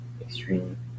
extreme